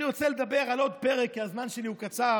אני רוצה לדבר על עוד פרק, כי הזמן שלי הוא קצר.